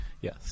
Yes